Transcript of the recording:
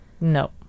no